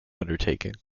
undertaking